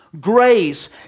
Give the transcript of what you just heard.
grace